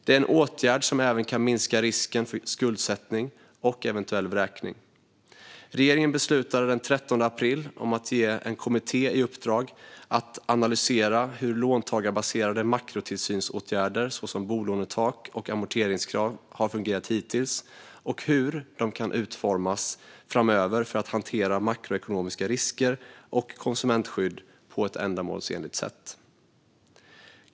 Det är en åtgärd som även kan minska risken för skuldsättning och eventuell vräkning. Regeringen beslutade den 13 april att ge en kommitté i uppdrag att analysera hur låntagarbaserade makrotillsynsåtgärder såsom bolånetak och amorteringskrav har fungerat hittills och hur de kan utformas framöver för att hantera makroekonomiska risker och konsumentskydd på ett ändamålsenligt sätt.